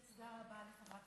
תודה רבה לחברת